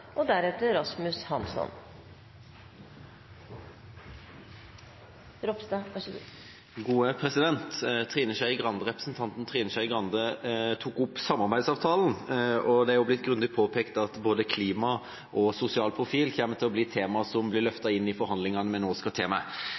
Trine Skei Grande tok opp samarbeidsavtalen, og det er jo blitt grundig påpekt at både klima og sosial profil kommer til å bli tema som blir løftet inn i forhandlingene vi nå skal